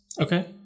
Okay